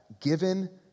Given